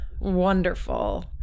wonderful